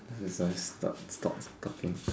this is why stop stop talking